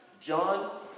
John